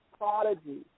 Prodigy